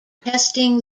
testing